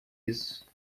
isso